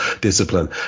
discipline